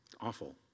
Awful